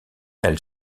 elle